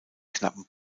knappen